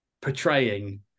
portraying